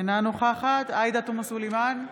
אינה נוכחת עאידה תומא סלימאן,